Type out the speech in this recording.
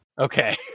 Okay